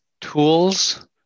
tools